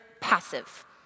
passive